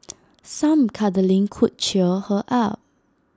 some cuddling could cheer her up